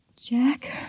Jack